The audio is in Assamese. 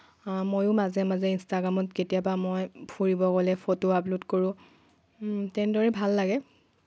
মইও মাজে মাজে ইনষ্টাগ্ৰামত কেতিয়াবা মই ফুৰিব গ'লে ফটো আপল'ড কৰোঁ তেনেদৰে ভাল লাগে